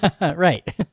Right